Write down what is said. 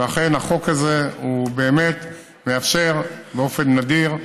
ואכן החוק הזה באמת מאפשר באופן נדיר,